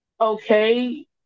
okay